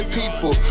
people